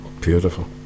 beautiful